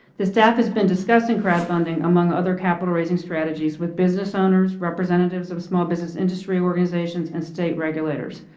the staff has been discussing crowdfunding among other capital raising strategies with business owners, representatives of small business industry organizations and state regulators.